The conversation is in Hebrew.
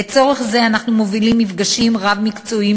לצורך זה אנו מובילים מפגשים רב-מקצועיים